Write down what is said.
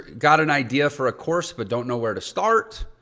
got an idea for a course but don't know where to start?